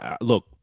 look